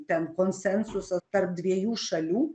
ten konsensusą tarp dviejų šalių